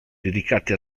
dedicate